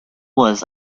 was